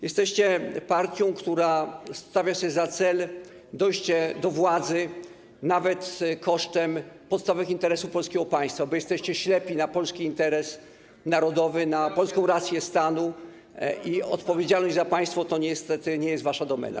Jesteście partią, która stawia sobie za cel dojście do władzy, nawet kosztem podstawowych interesów polskiego państwa, bo jesteście ślepi na polski interes narodowy, na polską rację stanu i odpowiedzialność za państwo to nie jest niestety wasza domena.